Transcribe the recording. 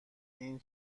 این